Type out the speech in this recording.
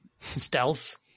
Stealth